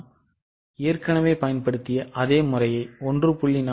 நாம் ஏற்கனவே பயன்படுத்திய அதே முறை 1